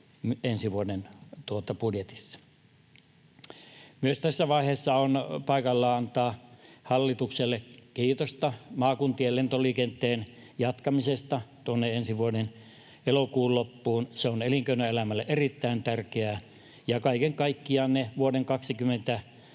ensi vuoden budjetissa. Myös tässä vaiheessa on paikallaan antaa hallitukselle kiitosta maakuntien lentoliikenteen jatkamisesta tuonne ensi vuoden elokuun loppuun. Se on elinkeinoelämälle erittäin tärkeää, ja kaiken kaikkiaan ne vuoden 2020